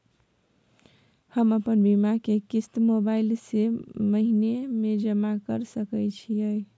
हम अपन बीमा के किस्त मोबाईल से महीने में जमा कर सके छिए?